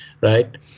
right